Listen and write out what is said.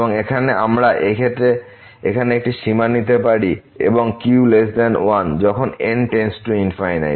এবং এখন আমরা এই ক্ষেত্রে এখানে একটি সীমা নিতে পারি এবং q 1 এবং যখন n →∞